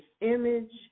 image